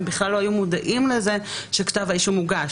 הם בכלל לא היו מודעים לזה שכתב האישום הוגש,